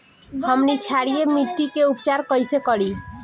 हमनी क्षारीय मिट्टी क उपचार कइसे करी?